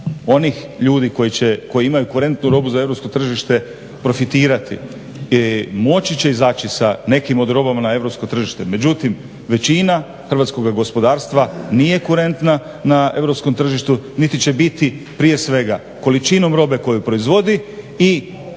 onih ljudi koji imaju kurentnu robu za europsko tržište profitirati, moći će izaći sa nekim od robama na europsko tržište, međutim većina hrvatskog gospodarstva nije kurentna na europskom tržištu niti će biti, prije svega količinom robe koju proizvodi i plasmanom